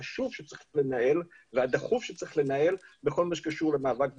החשוב והדחוף שצריך לנהל בכל מה שקשור למאבק בגזענות.